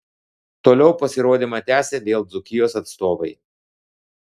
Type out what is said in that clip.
toliau pasirodymą tęsė vėl dzūkijos atstovai